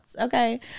Okay